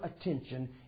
attention